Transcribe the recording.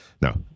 no